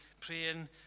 praying